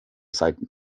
saiten